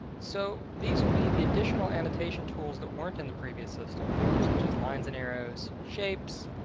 so these will be the additional annotation tools that weren't in the previous system such as lines and arrows, shapes,